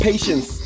Patience